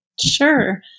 Sure